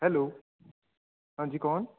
hello ਹਾਂਜੀ ਕੌਣ